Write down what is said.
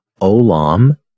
Olam